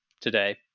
today